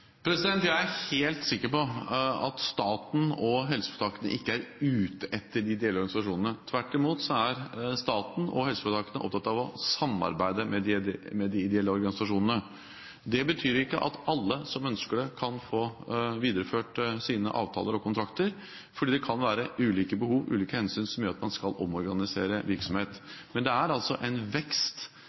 for. Jeg er helt sikker på at staten og helseforetakene ikke er ute etter de ideelle organisasjonene. Tvert imot er staten og helseforetakene opptatt av å samarbeide med de ideelle organisasjonene. Det betyr ikke at alle som ønsker det, kan få videreført sine avtaler og kontrakter, for det kan være ulike behov og ulike hensyn som gjør at man skal omorganisere virksomhet. Men det er altså en vekst